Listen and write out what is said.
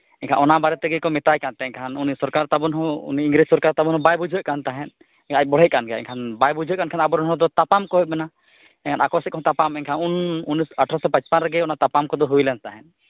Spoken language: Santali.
ᱮᱱᱠᱷᱟᱱ ᱚᱱᱟ ᱵᱟᱨᱮ ᱛᱮᱜᱮ ᱠᱚ ᱢᱮᱛᱟᱭ ᱠᱟᱱ ᱛᱟᱦᱮᱸᱫ ᱮᱱᱠᱷᱟᱱ ᱩᱱᱤ ᱥᱚᱨᱠᱟᱨ ᱛᱟᱵᱚᱱ ᱦᱚᱸ ᱩᱱᱤ ᱤᱝᱨᱮᱹᱡᱽ ᱥᱚᱨᱠᱟᱨ ᱛᱟᱵᱚᱱ ᱦᱚᱸ ᱵᱟᱭ ᱵᱩᱡᱷᱟᱹᱣᱮᱫ ᱛᱟᱦᱮᱸᱫ ᱟᱡ ᱵᱚᱬᱦᱮᱜ ᱠᱟᱱ ᱜᱮᱭᱟᱭ ᱮᱱᱠᱷᱟᱱ ᱵᱟᱭ ᱵᱩᱡᱷᱟᱹᱣᱮᱫ ᱠᱟᱱ ᱠᱷᱟᱱ ᱟᱵᱚ ᱨᱮᱱ ᱦᱚᱲ ᱫᱚ ᱛᱟᱯᱟᱢ ᱠᱚ ᱮᱦᱚᱵᱮᱱᱟ ᱟᱠᱚ ᱥᱮᱫ ᱠᱷᱚᱱ ᱛᱟᱯᱟᱢ ᱩᱱ ᱩᱱᱤᱥ ᱥᱚ ᱟᱴᱷᱨᱚᱥᱚ ᱯᱟᱸᱪᱯᱚᱱ ᱨᱮᱜᱮ ᱚᱱᱟ ᱛᱟᱯᱟᱢ ᱠᱚᱫᱚ ᱦᱩᱭ ᱞᱮᱱ ᱛᱟᱦᱮᱸᱫ